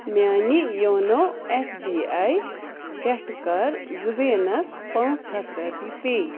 میٛانہِ YONO S B I پٮ۪ٹھ کَر زُبیٖنس پانٛژھ ہَتھ رۄپیہِ پے